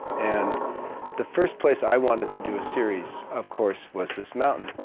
and the first place i wanted to do a series, of course, was this mountain.